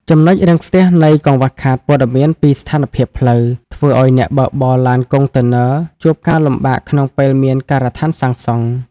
ចំណុចរាំងស្ទះនៃ "កង្វះខាតព័ត៌មានពីស្ថានភាពផ្លូវ" ធ្វើឱ្យអ្នកបើកបរឡានកុងតឺន័រជួបការលំបាកក្នុងពេលមានការដ្ឋានសាងសង់។